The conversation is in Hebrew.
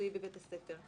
הרב-מקצועי בבית הספר.